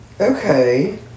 Okay